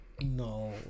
no